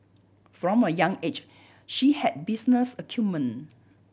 from a young age she had business acumen